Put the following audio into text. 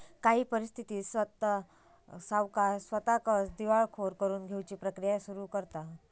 काही परिस्थितीत स्वता सावकार स्वताकच दिवाळखोर करून घेउची प्रक्रिया सुरू करतंत